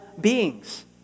beings